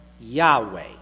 Yahweh